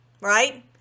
right